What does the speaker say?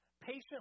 patiently